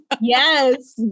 yes